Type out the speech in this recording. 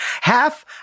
Half